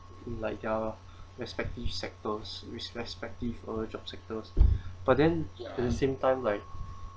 from like their respective sectors with respective uh job sectors but then at the same time like